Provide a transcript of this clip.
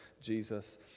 Jesus